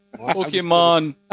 Pokemon